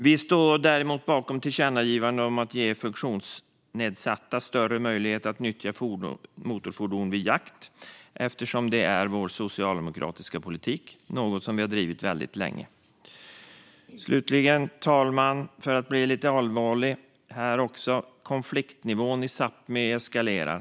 Vi står däremot bakom tillkännagivandet om att ge funktionsnedsatta större möjlighet att nyttja motorfordon vid jakt, eftersom det är vår socialdemokratiska politik och något vi har drivit väldigt länge. Fru talman! För att bli lite allvarlig här också ska jag säga att konfliktnivån i Sápmi eskalerar.